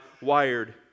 wired